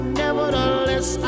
nevertheless